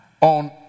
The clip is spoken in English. on